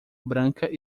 branca